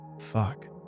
Fuck